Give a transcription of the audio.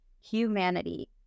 humanity